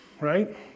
right